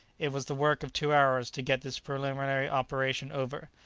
it was the work of two hours to get this preliminary operation over.